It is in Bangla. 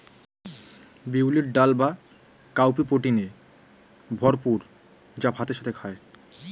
বিউলির ডাল বা কাউপি প্রোটিনে ভরপুর যা ভাতের সাথে খায়